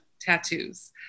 tattoos